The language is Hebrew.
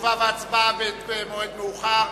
תשובה והצבעה במועד מאוחר.